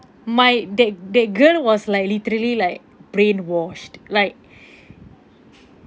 my that that girl was like literally like brainwashed like